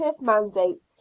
mandate